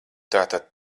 tātad